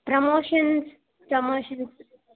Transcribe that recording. promotions promotions